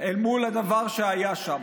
אל מול הדבר שהיה שם.